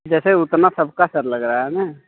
जैसे उतना सबका सर लग रहा है न